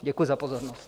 Děkuji za pozornost.